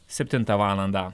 septintą valandą